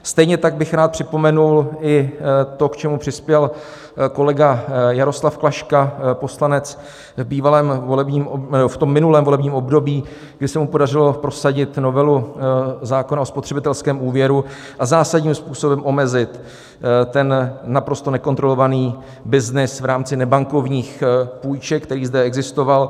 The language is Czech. Stejně tak bych rád připomenul i to, k čemu přispěl kolega Jaroslav Klaška, poslanec v minulém volebním období, kdy se mu podařilo prosadit novelu zákona o spotřebitelském úvěru a zásadním způsobem omezit ten naprosto nekontrolovaný byznys v rámci nebankovních půjček, který zde existoval.